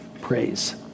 Praise